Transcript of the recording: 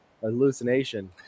hallucination